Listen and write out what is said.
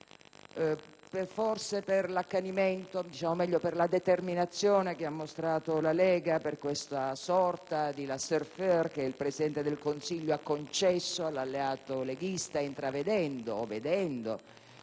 Forse per l'accanimento o, meglio, per la determinazione che ha mostrato la Lega, per questa sorta di *laissez faire* che il Presidente del Consiglio ha concesso all'alleato leghista, intravedendo o vedendo